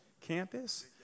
campus